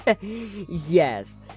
yes